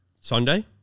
Sunday